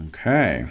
Okay